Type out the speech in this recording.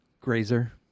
Grazer